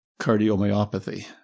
cardiomyopathy